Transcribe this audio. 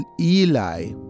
Eli